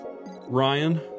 Ryan